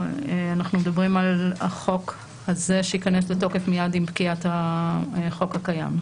אנחנו מדברים על החוק הזה שייכנס לתוקף מיד עם פקיעת החוק הקיים.